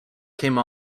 came